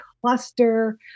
cluster